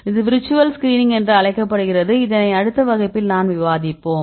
இது virtual screening என்று அழைக்கப்படுகிறது இதனை அடுத்த வகுப்பில் நாம் விவாதிப்போம்